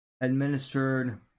administered